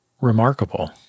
remarkable